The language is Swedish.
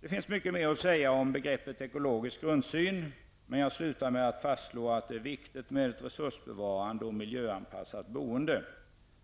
Det finns mycket mer att säga om begreppet ekologisk grundsyn, men jag vill till slut fastslå att det är viktigt med ett resursbevarande och miljöanpassat boende.